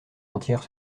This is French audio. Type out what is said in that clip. entière